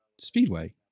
Speedway